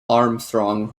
armstrong